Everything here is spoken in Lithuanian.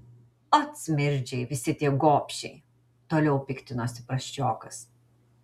ot smirdžiai visi tie gobšiai toliau piktinosi prasčiokas